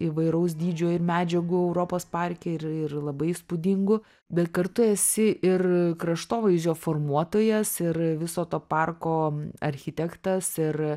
įvairaus dydžio ir medžiagų europos parke ir ir labai įspūdingų bet kartu esi ir kraštovaizdžio formuotojas ir viso to parko architektas ir